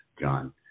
John